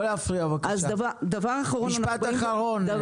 לא להפריע בבקשה, משפט אחרון, גברתי.